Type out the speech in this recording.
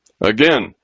Again